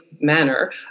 manner